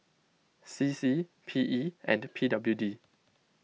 C C P E and P W D